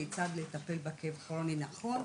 כיצד לטפל בכאב כרוני נכון,